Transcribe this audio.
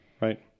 Right